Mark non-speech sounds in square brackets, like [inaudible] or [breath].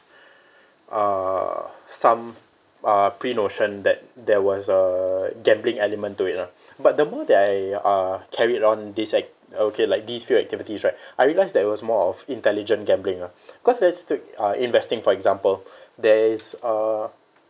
uh some uh prenotion that there was a gambling element to it lah but the more that I uh carried on these act~ okay like these few activities right [breath] I realise that it was more of intelligent gambling ah cause very strict uh investing for example there is uh